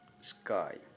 sky